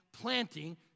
planting